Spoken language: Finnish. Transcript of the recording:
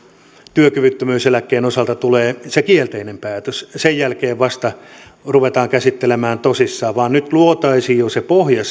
työkyvyttömyyseläkkeen osalta että tulee se kielteinen päätös ja sen jälkeen vasta ruvetaan käsittelemään tosissaan vaan nyt luotaisiin jo se pohja